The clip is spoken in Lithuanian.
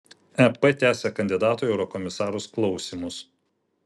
ep tęsia kandidatų į eurokomisarus klausymus